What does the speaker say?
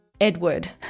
Edward